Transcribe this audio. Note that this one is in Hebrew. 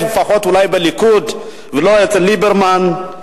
אולי לפחות בליכוד ולא אצל ליברמן,